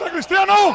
Cristiano